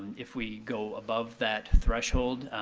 if we go above that threshold,